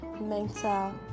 mental